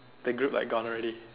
the group like gone already